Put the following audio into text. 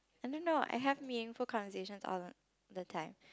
and then now I have a meaningful conversations all the time